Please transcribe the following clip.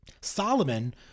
Solomon